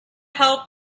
help